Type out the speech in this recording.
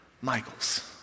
Michael's